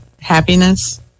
happiness